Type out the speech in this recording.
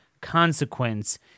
consequence